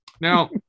Now